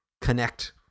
connect